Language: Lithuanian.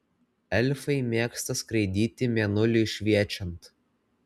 elfai mėgsta skraidyti mėnuliui šviečiant